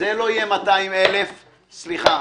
זה לא יהיה 200,000. סליחה,